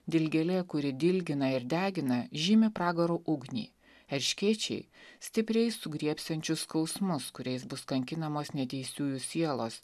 dilgėlė kuri dilgina ir degina žymi pragaro ugnį erškėčiai stipriai sugriebsiančius skausmus kuriais bus kankinamos neteisiųjų sielos